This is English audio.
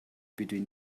between